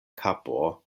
kapo